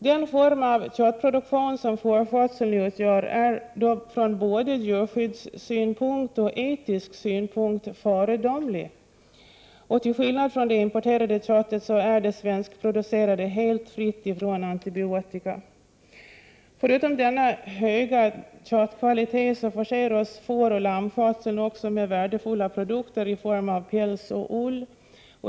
Den form av köttproduktion som fårskötseln utgör är från både djurskyddssynpunkt och etisk synpunkt föredömlig. Till skillnad från det importerade köttet är det svenskproducerade helt fritt från antibiotika. Förutom denna höga köttkvalitet förser oss fåroch lammskötseln också med värdefulla produkter i form av päls och ull.